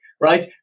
right